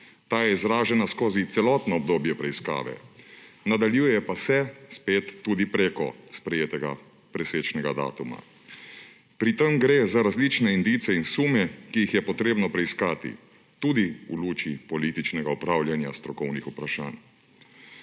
Ta je izražena skozi celotno obdobje preiskave, nadaljuje pa se spet tudi prek sprejetega presečnega datuma. Pri tem gre za različne indice in sume, ki jih je potrebno preiskati tudi v luči političnega upravljanja strokovnih vprašanj.